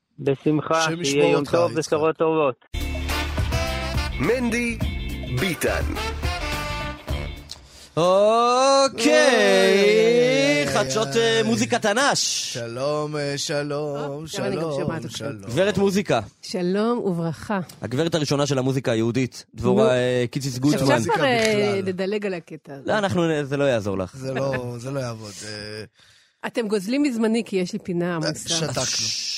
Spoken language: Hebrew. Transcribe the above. בשמחה, השם ישמור שיהיה יום אותך, טוב יצחק. ובשורות טובות. מנדי ביטן. אוקיי, איי, חדשות, אה, איי, מוזיקת איי. תנ"ש. שלום, אה, שלום, אה, גם אני גם שומעת שלום, עכשיו. גברת מוזיקה. שלום. שלום וברכה. הגברת הראשונה של המוזיקה היהודית, דבורה, נו, אה, קיציס עכשיו גוטמן. כבר, שלום, מוזיקה אה, בכלל. נדלג על הקטע הזה. לא, אנחנו, אה, זה לא יעזור לך. זה לא- זה לא יעבוד, אה. אתם גוזלים מזמני כי יש לי פינה אה, עמוסה. שתקנו. אה, ש-